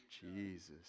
Jesus